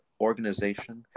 organization